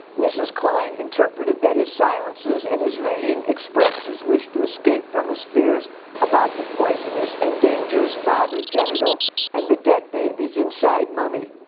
mrs. klein interpreted that his silences and his reading expressed his wish to escape from his fears about the poisonous and dangerous father genital and the dead babies inside mommy.